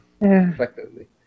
Effectively